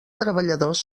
treballadors